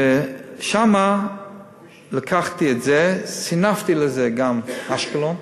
ושמה לקחתי את זה, סינפתי לזה גם את אשקלון,